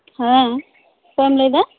ᱦᱮᱸ ᱚᱠᱚᱭᱮᱢ ᱞᱟᱹᱭᱮᱫᱟ